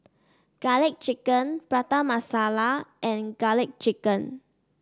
garlic chicken Prata Masala and garlic chicken